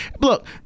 Look